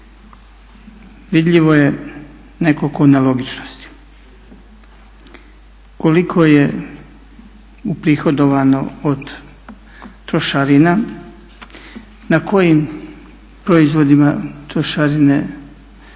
vidljivo je nekoliko nelogičnosti. Koliko je uprihodovano od trošarina, na kojim proizvodima trošarine opadaju,